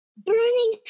Burning